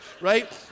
right